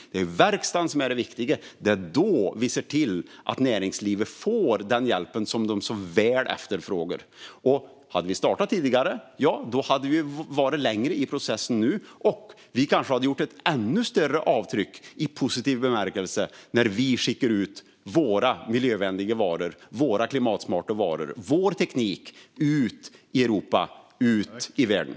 Det är verkstaden som är det viktiga. Det är då vi ser till att näringslivet får den hjälp det efterfrågar. Hade vi startat tidigare, ja, då hade vi kommit längre i processen nu - och kanske gjort ett ännu större avtryck i positiv bemärkelse när vi skickar våra miljövänliga och klimatsmarta varor och vår teknik ut i Europa och världen.